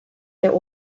der